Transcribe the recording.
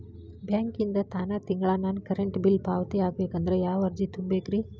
ಬ್ಯಾಂಕಿಂದ ತಾನ ತಿಂಗಳಾ ನನ್ನ ಕರೆಂಟ್ ಬಿಲ್ ಪಾವತಿ ಆಗ್ಬೇಕಂದ್ರ ಯಾವ ಅರ್ಜಿ ತುಂಬೇಕ್ರಿ?